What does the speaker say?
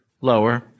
lower